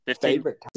favorite